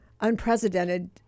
unprecedented